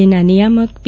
એ નિયામક પી